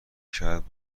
کرد